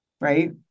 right